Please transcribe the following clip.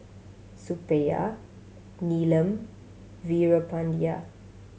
Suppiah Neelam Veerapandiya